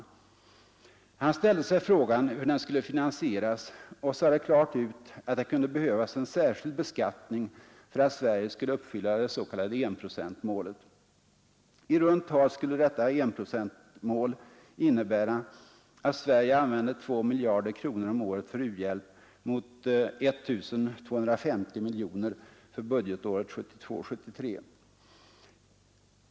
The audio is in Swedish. Han ställde sig frågan hur den skulle finansieras och sade klart ut att det kunde behövas en särskild beskattning för att Sverige skulle uppfylla det s.k. enprocentsmålet. I runt tal skulle detta enprocentsmål innebära att Sverige använde två miljarder kronor om året för u-hjälp mot 1 250 miljoner för budgetåret 1972/73.